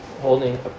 holding